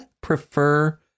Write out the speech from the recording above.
prefer